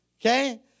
Okay